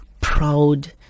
proud